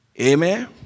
Amen